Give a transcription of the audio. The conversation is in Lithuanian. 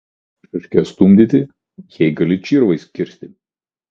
kam tau šaškes stumdyti jei gali čirvais kirsti